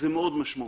זה מאוד משמעותי.